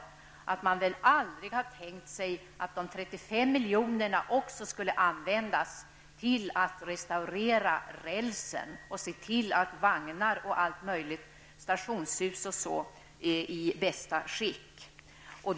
Man har väl aldrig tänkt sig att de 36 milj.kr. också skall användas till att restaurera rälsen och se till att vagnar och stationshus är i bästa skick.